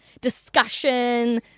discussion